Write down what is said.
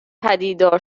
پدیدار